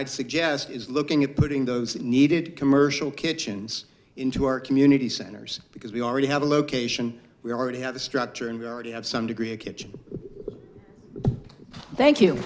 i'd suggest is looking at putting those needed commercial kitchens into our community centers because we already have a location we already have the structure and already have some degree a kitchen thank you